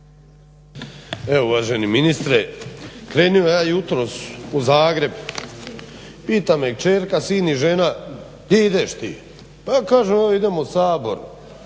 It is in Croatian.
Uvaženi ministre, krenuo ja jutros u Zagreb, pita me kćerka, sin i žena di ideš ti, pa ja kažem evo idem u Sabor,